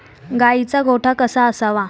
गाईचा गोठा कसा असावा?